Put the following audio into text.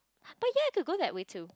but yet to go that way to